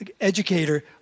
educator